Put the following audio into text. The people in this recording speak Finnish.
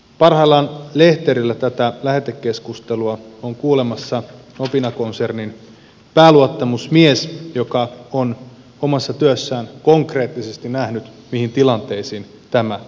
parhaillaan lehterillä tätä lähetekeskustelua on kuulemassa nobina konsernin pääluottamusmies joka on omassa työssään konkreettisesti nähnyt mihin tilanteisiin tämä voi johtaa